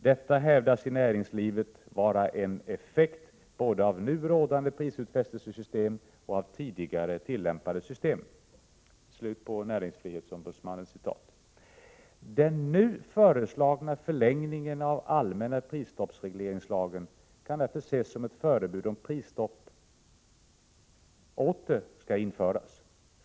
Detta hävdas i näringslivet vara en effekt både av nu rådande prisutfästelsesytem och av tidigare tillämpade system.” Den nu föreslagna förlängningen av allmänna prisstoppsregleringslagen kan därför ses som ett förebud om att prisstopp åter kan komma att införas.